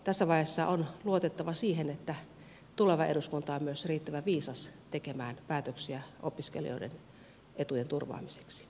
tässä vaiheessa on luotettava siihen että tuleva eduskunta on myös riittävän viisas tekemään päätöksiä opiskelijoiden etujen turvaamiseksi